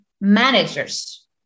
managers